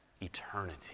eternity